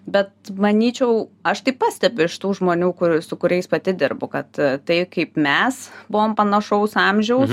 bet manyčiau aš tai pastebiu iš tų žmonių kur su kuriais pati dirbu kad tai kaip mes buvom panašaus amžiaus